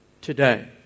today